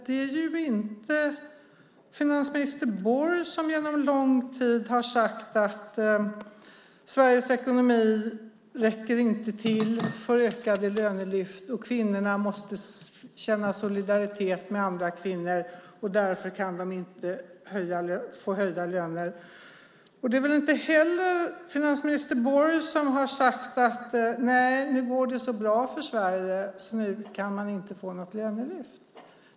Det är inte finansminister Borg som genom lång tid har sagt att Sveriges ekonomi inte räcker till för ökade lönelyft och att kvinnorna måste känna solidaritet med andra kvinnor, och därför kan de inte få höjda löner. Det är väl inte heller finansminister Borg som har sagt att det nu går så bra för Sverige så nu kan de inte få något lönelyft.